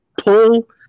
pull